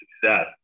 success